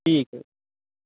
ਠੀਕ ਹੈ